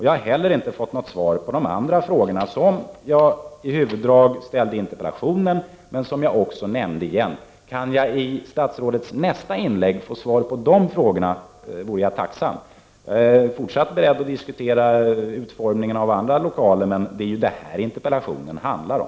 Jag har inte heller fått något svar på de andra frågorna som jag ställde i interpellationen, men som jag också har nämnt här i debatten. Om jag i statsrådets nästa inlägg kunde få svar på de frågorna vore jag tacksam. Jag är i och för sig beredd att fortsätta diskussionen om utformningen av andra lokaler, men närradioverksamheten är ju vad interpellationen handlar om.